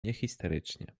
niehisterycznie